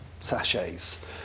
sachets